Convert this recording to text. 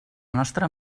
nostra